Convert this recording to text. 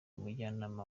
umujyanama